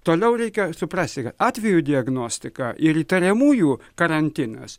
toliau reikia suprasti kad atvejų diagnostika ir įtariamųjų karantinas